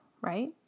right